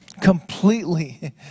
Completely